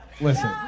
listen